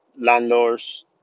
landlords